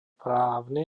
právny